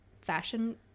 fashion